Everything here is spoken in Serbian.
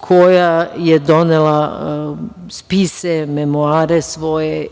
koja je donela spise, memoare svoje,